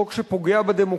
חוק שפוגע בדמוקרטיה,